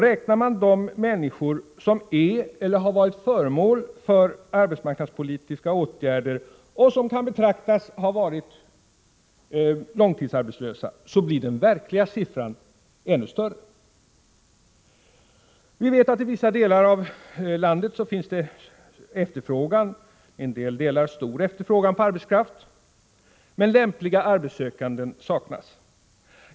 Räknar man med också de människor som är eller har varit föremål för arbetsmarknadspolitiska åtgärder och som kan anses ha varit långtidsarbetslösa, blir det verkliga antalet ännu större. Vi vet att det i vissa delar av landet finns en — i några delar stor — efterfrågan på arbetskraft. Men lämpliga arbetssökande saknas.